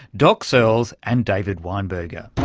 doc searls and david weinberger.